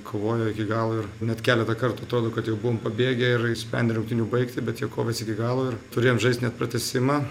kovojo iki galo ir net keletą kartų atrodo kad jau buvom pabėgę ir išsprendę rungtynių baigtį bet jie kovėsi iki galo ir turėjom žaist net pratęsimą